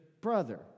Brother